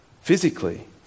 physically